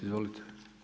Izvolite.